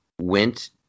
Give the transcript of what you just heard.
went